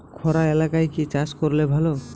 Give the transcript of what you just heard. খরা এলাকায় কি চাষ করলে ভালো?